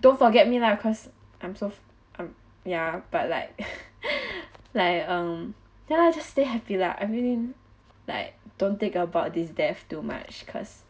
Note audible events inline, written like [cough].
don't forget me lah cause I'm so [noise] um ya but like [laughs] like um ya lah just stay happy lah I mean like don't take about this death too much cause